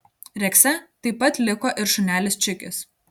rekse taip pat liko ir šunelis čikis